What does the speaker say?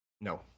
No